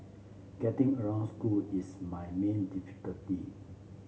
getting around school is my main difficulty